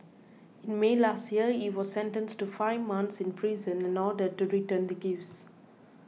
in May last year he was sentenced to five months in prison and ordered to return the gifts